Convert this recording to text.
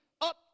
up